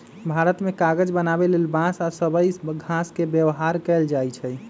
भारत मे कागज बनाबे लेल बांस आ सबइ घास के व्यवहार कएल जाइछइ